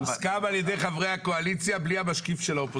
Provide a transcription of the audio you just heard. אני חושב שאנחנו יכולים לעבור לשלב ההסתייגויות.